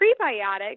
prebiotics